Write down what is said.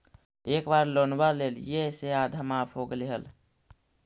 एक बार लोनवा लेलियै से आधा माफ हो गेले हल?